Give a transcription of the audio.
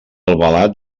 albalat